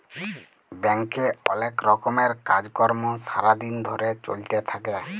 ব্যাংকে অলেক রকমের কাজ কর্ম সারা দিন ধরে চ্যলতে থাক্যে